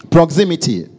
Proximity